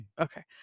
Okay